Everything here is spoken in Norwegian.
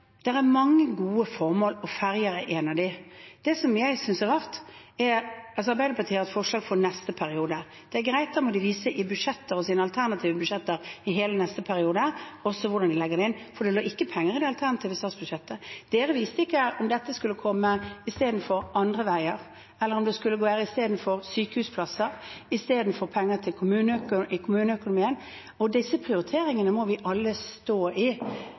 av dem. Arbeiderpartiet har et forslag for neste periode. Det er greit, men da må de vise det i budsjetter og alternative budsjetter hele neste periode, hvordan de legger det inn, for det lå ikke penger i det alternative statsbudsjettet. Arbeiderpartiet viste ikke om dette skulle komme istedenfor andre veier, istedenfor sykehusplasser eller istedenfor penger til kommuneøkonomien. Disse prioriteringene må vi alle stå i